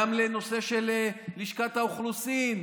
גם בנושא של לשכת האוכלוסין.